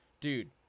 Dude